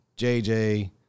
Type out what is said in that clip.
JJ